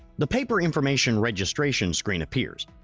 the paper information registration screen appears.